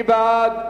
מי בעד?